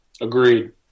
Agreed